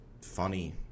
funny